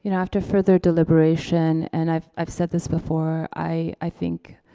you know after further deliberation, and i've i've said this before, i think